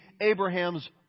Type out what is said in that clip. Abraham's